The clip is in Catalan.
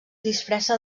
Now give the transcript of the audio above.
disfressa